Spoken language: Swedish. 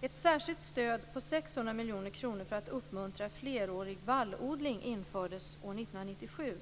Ett särskilt stöd på 600 miljoner kronor för att uppmuntra flerårig vallodling infördes år 1997.